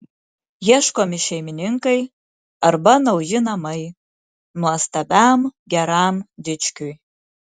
ieškomi šeimininkai arba nauji namai nuostabiam geram dičkiui